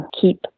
keep